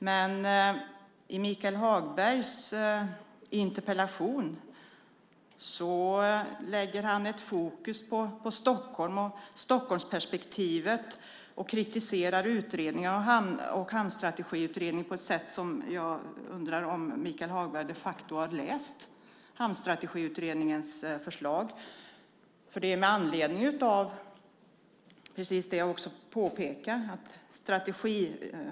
Men i Michael Hagbergs interpellation finns ett fokus på Stockholm och Stockholmsperspektivet. Han kritiserar Hamnstrategiutredningen på ett sätt som gör att jag undrar om Michael Hagberg de facto har läst Hamnstrategiutredningens förslag.